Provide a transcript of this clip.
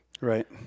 Right